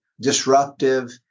disruptive